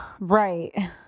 Right